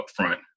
upfront